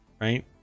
Right